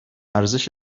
ارزش